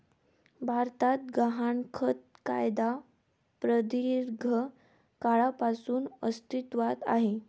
भारतात गहाणखत कायदा प्रदीर्घ काळापासून अस्तित्वात आहे